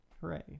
hooray